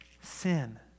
sin